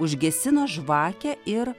užgesino žvakę ir